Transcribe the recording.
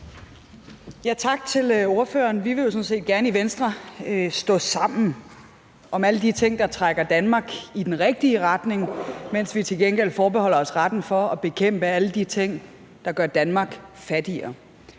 Tak til ordføreren. Vi vil jo sådan set gerne i Venstre stå sammen om alle de ting, der trækker Danmark i den rigtige retning, mens vi til gengæld forbeholder os retten til at bekæmpe alle de ting, der gør Danmark fattigere.